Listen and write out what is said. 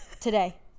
today